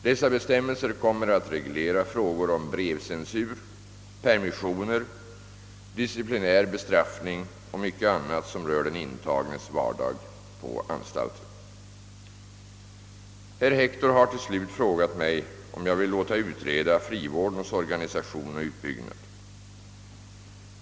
Dessa bestämmelser kommer att reglera frågor om brevcensur, permissioner, disciplinär bestraffning och mycket annat som rör den intagnes vardag på anstalten. Herr Hector har till slut frågat mig om jag vill låta utreda frivårdens organisation och utbyggnad.